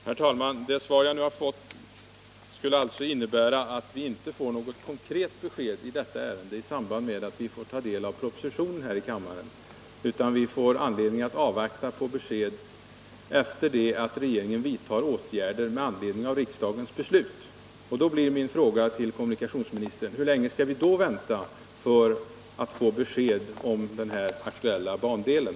Herr talman! Det svar som jag nu har fått skulle alltså innebära att vi inte får något konkret besked i detta ärende i samband med att vi får ta del av propositionen här i kammaren, utan vi får vänta tills regeringen vidtagit åtgärder med anledning av riksdagens beslut. Då blir min fråga till kommunikationsministern: Hur länge skall vi då vänta på att få besked om den aktuella bandelen?